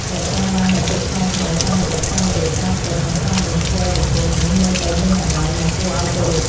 រក្សាបាននូវភាពថ្លៃថ្នូរ តាមរយះការនិយាយការពិត និងសមរម្យ ធ្វើឱ្យបុគ្គលនោះមើលទៅមានតម្លៃ និងគួរឱ្យគោរព។